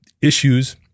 issues